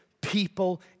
people